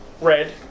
red